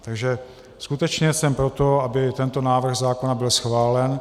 Takže skutečně jsem pro to, aby tento návrh zákona byl schválen.